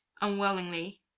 unwillingly